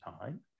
time